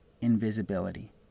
invisibility